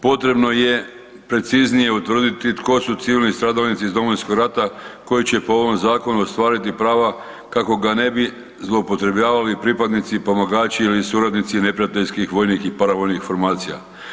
Potrebno je preciznije utvrditi tko su civilni stradalnici iz Domovinskog rata koji će po ovom Zakonu ostvariti prava kako ga ne bi zloupotrebljavali pripadnici i pomagači ili suradnici neprijateljskih vojnih i paravojnih formacija.